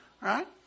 right